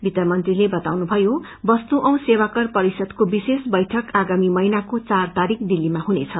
वित्त मंत्रीले बताउनुधयो वस्तु औ सेवाकर परिषदको विशेष बैठक आगामी महिनाको चार तारीख दिल्लीमा हुनेछ